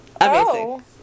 Amazing